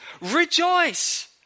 Rejoice